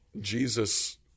Jesus